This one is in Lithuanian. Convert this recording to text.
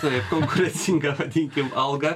taip konkurencigą vadinkim algą